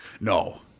No